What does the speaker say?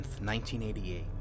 1988